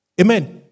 Amen